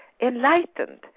enlightened